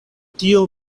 tio